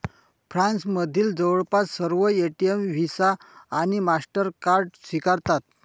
फ्रान्समधील जवळपास सर्व एटीएम व्हिसा आणि मास्टरकार्ड स्वीकारतात